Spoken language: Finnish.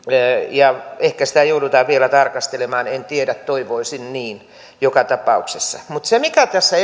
ehkä sitä joudutaan vielä tarkastelemaan en en tiedä toivoisin niin joka tapauksessa mutta se mistä tässä